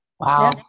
wow